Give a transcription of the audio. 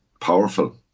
powerful